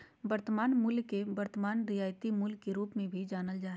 वर्तमान मूल्य के वर्तमान रियायती मूल्य के रूप मे भी जानल जा हय